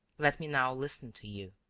let me now listen to you.